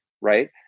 right